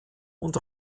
und